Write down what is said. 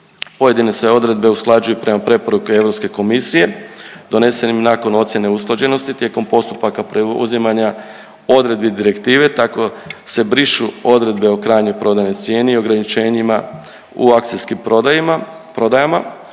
Pojedine se odredbe usklađuju prema preporukama Europske komisije donesenim nakon ocjene usklađenosti tijekom postupaka preuzimanja odredbi direktive, tako se brišu odredbe o krajnjoj prodajnoj cijeni i ograničenjima u akcijskim prodajima,